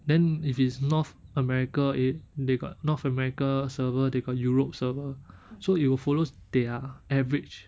then if it's north america eh they got north america server they got europe server it will follows their average